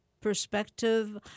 perspective